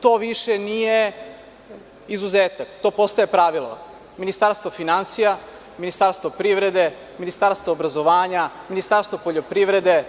To više nije izuzetak, to postaje pravilo, Ministarstvo finansija, Ministarstvo privrede, Ministarstvo obrazovanja, Ministarstvo poljoprivrede,